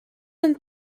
and